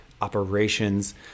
operations